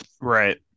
Right